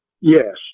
Yes